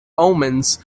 omens